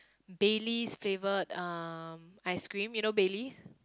Bailey's flavoured um ice-cream you know Bailey's